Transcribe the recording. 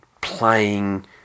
playing